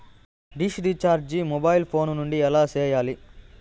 dish recharge mobile phone నుండి ఎలా సేయాలి